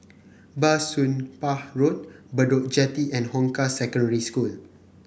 Bah Soon Pah Road Bedok Jetty and Hong Kah Secondary School